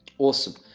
awesome.